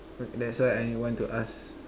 that's why I want to ask